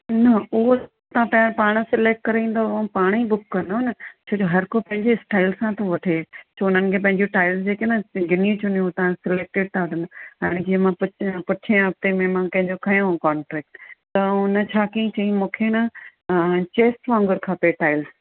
हुन उहो तव्हां पहिरो पाणि सिलेक्ट करे ईंदव ऐं पाणेई बुक कंदो न छो जो हर को पंहिंजे स्टाईल सां थो वठे छो हुननि खे पंहिंजूं टाइल्स जे के न गिनियूं चुनियूं था सलेक्टिड था कनि हाणे जीअं मां पुठियां हफ़्ते में मां कंहिं जो खयो कॉन्ट्रैक्ट त हुन छा कयई चयई मूंखे न चेस्ट वांगुरु खपे टाइल्स